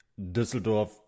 Düsseldorf